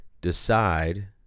decide